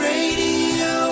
Radio